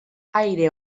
aire